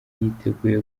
yiteguye